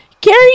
Gary